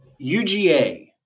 UGA